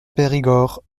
périgord